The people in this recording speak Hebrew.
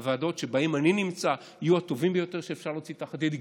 הוועדות שבהן אני נמצא יהיו הטובים ביותר שאפשר להוציא מתחת ידי,